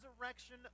resurrection